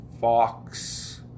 Fox